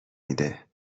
میده